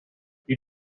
you